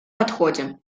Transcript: подходе